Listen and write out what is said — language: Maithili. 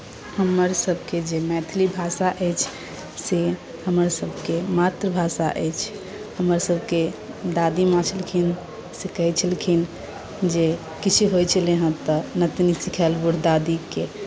हमरसभके जे मैथिली भाषा अछि से हमरसभके मातृभाषा अछि हमरसभके दादीमाँ छलखिन से कहैत छलखिन जे किछो होइत छलै हेँ तऽ नतिनी सीखायल बुढ़ दादीकेँ